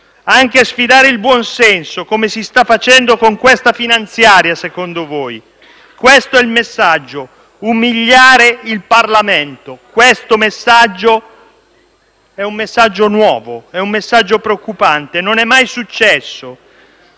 anche sfidare il buon senso, come si sta facendo con questa finanziaria. Questo è il messaggio: umiliare il Parlamento Questo messaggio è un messaggio nuovo, è un messaggio preoccupante. Non è mai successo.